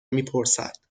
میپرسد